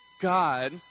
God